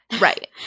right